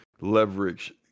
leverage